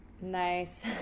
Nice